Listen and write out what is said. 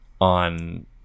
on